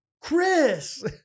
Chris